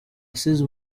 asize